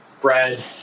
bread